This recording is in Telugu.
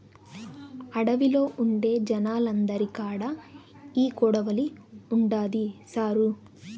అడవిలో ఉండే జనాలందరి కాడా ఈ కొడవలి ఉండాది సారూ